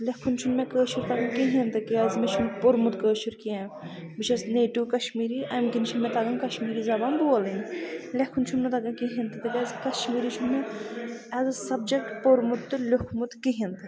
لیکھُن چھُنہٕ مےٚ کٲشُر تَگان کِہیٖنۍ تہٕ کیاز مےٚ چھُنہٕ پوٚرمُت کٲشُر کینٛہہ بہٕ چھَس نیٹِو کَشمیٖری امہِ کِن چھِ مےٚ تَگان کَشمیٖری زَبان بولٕنۍ لیکھُن چھُم نہٕ تَگان کِہیٖنۍ تہِ تکیاز کَشمیٖری چھُنہٕ مےٚ ایٚز اَ سَبجَکٹ پوٚرمُت تہٕ لیوٚکھمُت کِہیٖنۍ تہٕ